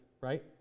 right